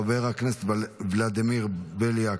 חבר הכנסת ולדימיר בליאק,